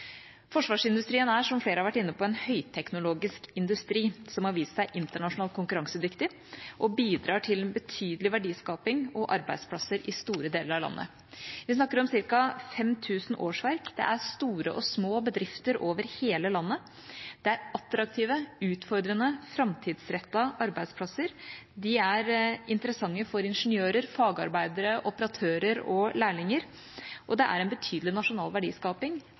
Forsvarsindustrien er, som flertallet har vært inne på, en høyteknologisk industri som har vist seg internasjonalt konkurransedyktig, og den bidrar til en betydelig verdiskaping og arbeidsplasser i store deler av landet. Vi snakker om ca. 5 000 årsverk. Det er store og små bedrifter over hele landet. Det er attraktive, utfordrende og framtidsrettede arbeidsplasser. De er interessante for ingeniører, fagarbeidere, operatører og lærlinger, og det er en betydelig nasjonal verdiskaping